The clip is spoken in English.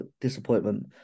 disappointment